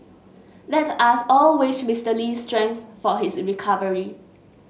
let us all wish Mister Lee strength for his recovery